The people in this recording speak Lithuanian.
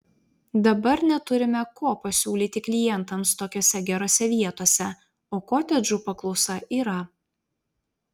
dabar neturime ko pasiūlyti klientams tokiose gerose vietose o kotedžų paklausa yra